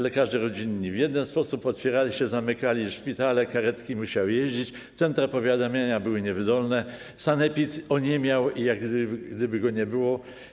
Lekarze rodzinni w jeden sposób otwierali się, zamykali, szpitale, karetki musiały jeździć, centra powiadamiania były niewydolne, sanepid oniemiał, jak gdyby go nie było.